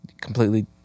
completely